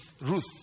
Ruth